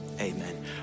amen